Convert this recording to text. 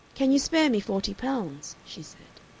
can you spare me forty pounds? she said.